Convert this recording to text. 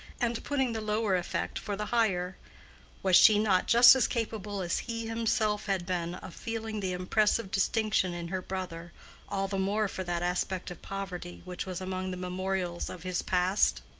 and putting the lower effect for the higher was she not just as capable as he himself had been of feeling the impressive distinction in her brother all the more for that aspect of poverty which was among the memorials of his past?